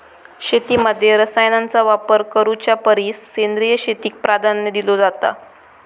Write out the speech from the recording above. शेतीमध्ये रसायनांचा वापर करुच्या परिस सेंद्रिय शेतीक प्राधान्य दिलो जाता